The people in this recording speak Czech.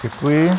Děkuji.